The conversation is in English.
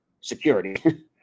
security